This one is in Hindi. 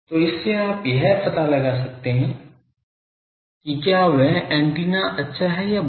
तो इससे आप यह पता लगा सकते हैं कि क्या वह एंटीना अच्छा है या बुरा